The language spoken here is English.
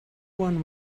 one